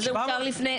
וזה אושר לפני?